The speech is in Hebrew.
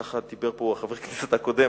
כך דיבר כאן חבר הכנסת הקודם.